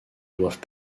doivent